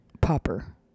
Popper